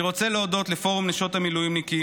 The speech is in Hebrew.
אני רוצה להודות לפורום נשות המילואימניקים,